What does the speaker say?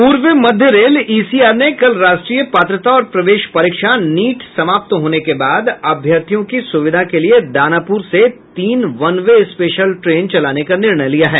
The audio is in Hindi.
पूर्व मध्य रेल ईसीआर ने कल राष्ट्रीय पात्रता और प्रवेश परीक्षा नीट समाप्त होने के बाद अभ्यर्थियों की सुविधा के लिए दानापुर से तीन वन वे स्पेशल ट्रेन चलाने का निर्णय लिया है